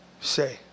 say